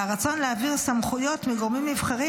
והרצון להעביר סמכויות מגורמים נבחרים